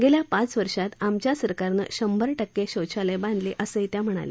गेल्या पाच वर्षात आमच्या सरकारनं शंभर टक्के शौचालये बांधली असंही त्या यावेळी म्हणाल्या